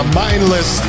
mindless